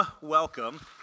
welcome